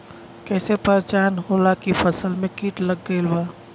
कैसे पहचान होला की फसल में कीट लग गईल बा?